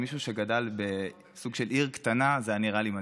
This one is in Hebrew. למישהו שגדל בסוג של עיר קטנה זה היה נראה לי מדהים.